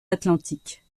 atlantiques